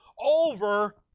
over